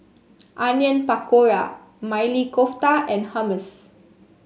Onion Pakora Maili Kofta and Hummus